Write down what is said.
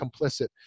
complicit